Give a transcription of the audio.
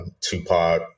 Tupac